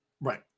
Right